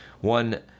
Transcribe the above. One